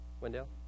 Wendell